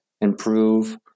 improve